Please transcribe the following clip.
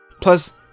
Plus